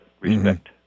respect